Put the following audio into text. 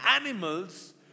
animals